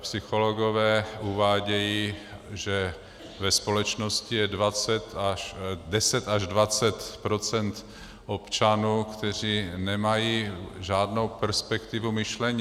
Psychologové uvádějí, že ve společnosti je 10 až 20 procent občanů, kteří nemají žádnou perspektivu myšlení.